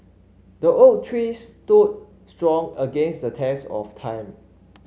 the oak tree stood strong against the test of time